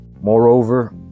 Moreover